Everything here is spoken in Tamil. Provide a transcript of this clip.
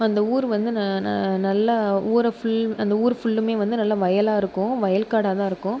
அந்த ஊர் வந்து நல்ல ஊர் ஃபுல் அந்த ஊர் ஃபுல்லுமே வந்து நல்ல வயலாக இருக்கும் வயல்காடாக தான் இருக்கும்